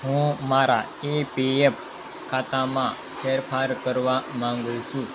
હું મારા E P F ખાતામાં ફેરફાર કરવા માગું છું